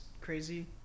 crazy